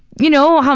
you know, um